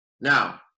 Now